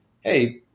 hey